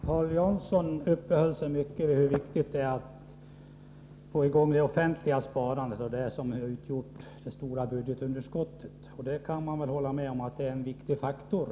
Herr talman! Paul Jansson uppehöll sig mycket vid hur viktigt det är att få i gång det offentliga sparandet, som hör ihop med det stora budgetunderskottet. Man kan hålla med om att det är en viktig faktor.